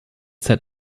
set